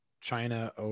china